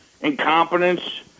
incompetence